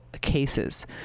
cases